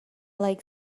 like